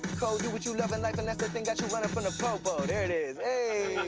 code do what you love in life unless that thing got you runnin from the po po there it is. hey!